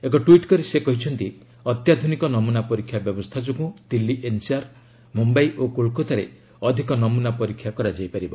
ଏକ ଟ୍ୱିଟ୍ କରି ସେ କହିଛନ୍ତି ଅତ୍ୟାଧୁନିକ ନମୁନା ପରୀକ୍ଷା ବ୍ୟବସ୍ଥା ଯୋଗୁଁ ଦିଲ୍ଲୀ ଏନ୍ସିଆର୍ ମୁମ୍ବାଇ ଓ କୋଲ୍କାତାରେ ଅଧିକ ନମୁନା ପରୀକ୍ଷା କରାଯାଇପାରିବ